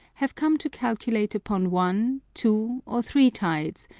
have come to calculate upon one, two, or three tides,